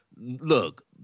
Look